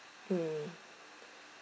mm